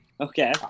Okay